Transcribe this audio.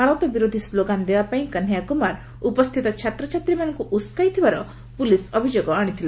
ଭାରତ ବିରୋଧୀ ସ୍ଲୋଗାନ୍ ଦେବା ପାଇଁ କହ୍ନେୟା କୁମାର ଉପସ୍ଥିତ ଛାତ୍ରଛାତ୍ରୀମାନଙ୍କୁ ଉସୁକାଇ ଥିବାର ପ୍ରଲିସ୍ ଅଭିଯୋଗ କରିଥିଲା